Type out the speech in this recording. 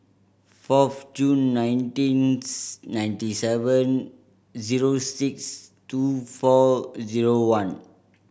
fourth June nineteenth ninety seven zero six two four zero one